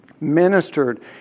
ministered